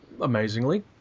amazingly